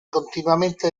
continuamente